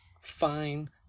fine